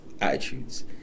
attitudes